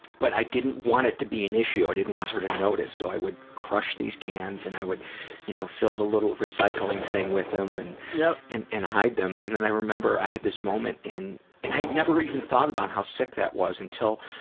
but i didn't want it to be an issue. i didn't want her to notice, so i would crush these cans, and i would you know fill the little recycling thing with them, and yeah and hide them. and then i remember, i had this moment and i'd never even thought about how sick that was, until,